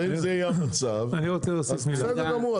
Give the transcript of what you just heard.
אם זה יהיה המצב, אז בסדר גמור.